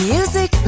Music